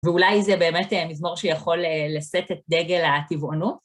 ואולי זה באמת מזמור שיכול לשאת את דגל הטבעונות?